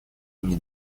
имени